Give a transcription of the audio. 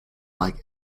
like